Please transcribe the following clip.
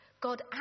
god